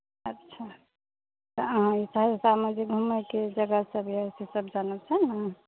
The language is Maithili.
अच्छा तऽ अहाँ सहरसामे घुमयके लेल जगह सभ आयल छियै सहरसामे सएह ने